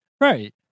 right